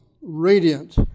radiant